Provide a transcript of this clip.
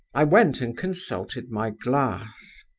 i went and consulted my glass.